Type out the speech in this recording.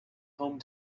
home